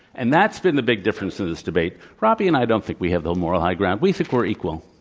and that's been the big difference in this debate. robby and i don't think we have the moral high ground. we think we're equal.